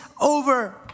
over